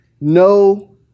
no